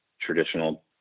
traditional